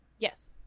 Yes